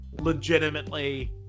legitimately